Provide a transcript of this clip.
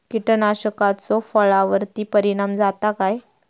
कीटकनाशकाचो फळावर्ती परिणाम जाता काय?